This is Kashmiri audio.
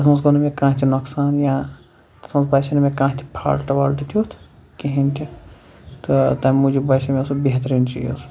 تتھ منٛز گوٚو نہٕ مےٚ کانٛہہ تہِ نۄقصان یا تتھ باسے نہٕ مےٚ کانٛہہ تہِ فالٹ والٹہٕ تیُتھ کِہیٖنۍ تہِ تَمہِ موٗجوٗب باسے مےٚ سُہ بہتریٖن چیٖز